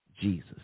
Jesus